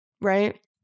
right